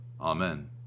Amen